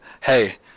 hey